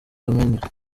romania